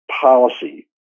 policy